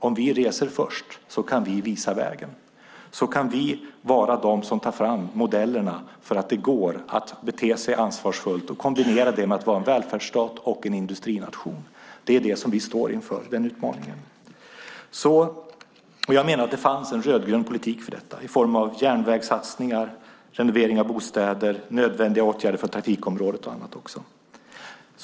Om vi reser först kan vi visa vägen och vara de som tar fram modellerna för att det går att bete sig ansvarsfullt och kombinera det med att vara en välfärdsstat och en industrination. Det är den utmaningen vi står inför. Jag menar att det fanns en rödgrön politik för detta i form av järnvägssatsningar, renovering av bostäder, nödvändiga åtgärder på trafikområdet med mera.